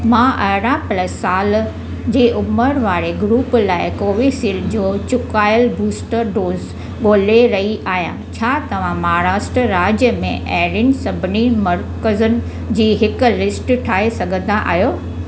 मां अरड़हां प्लस साल जे उमिरि वारे ग्रुप लाइ कोवीशील्ड जो चुकायल बूस्टर डोज़ ॻोल्हे रही आहियां छा तव्हां महाराष्ट्र राज्य में अहिड़ियुनि सभिनी मर्कज़नि जी हिकु लिस्ट ठाहे सघंदा आहियो